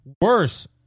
worse